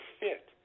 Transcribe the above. fit